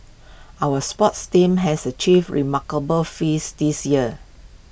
our sports teams has achieved remarkable feats this year